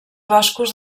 boscos